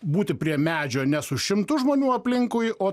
būti prie medžio nes už šimtus žmonių aplinkui o